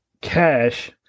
cash